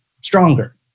stronger